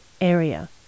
area